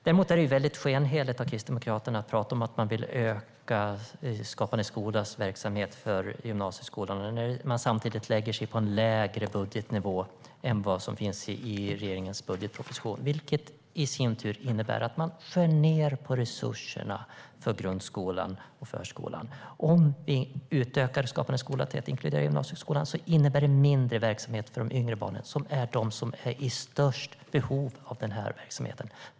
Det är skenheligt av Kristdemokraterna att prata om att man vill öka Skapande skolas verksamhet för gymnasieskolan när man samtidigt lägger sig på en lägre budgetnivå än vad regeringen gör i sin budgetproposition. Det innebär i sin tur att man skär ned på resurserna i grundskolan och förskolan. Om vi utökar Skapande skola till att inkludera gymnasieskolan innebär det mindre verksamhet för de yngre barnen, som är de som är i störst behov av den här verksamheten.